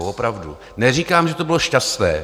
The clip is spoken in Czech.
Opravdu neříkám, že to bylo šťastné.